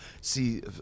see